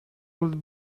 would